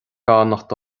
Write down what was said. beannacht